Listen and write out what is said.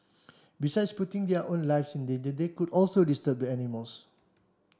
besides putting their own lives in they could also disturb the animals